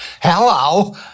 Hello